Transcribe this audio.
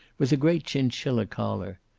with a great chinchilla collar,